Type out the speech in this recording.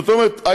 זאת אומרת,